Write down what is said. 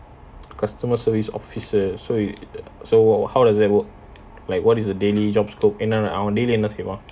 the customer service officer so he so how does that work like what is his daily job scope அவங்க என்ன சேவாங்க:awanga enna seiwaanga